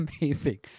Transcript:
amazing